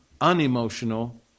unemotional